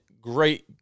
great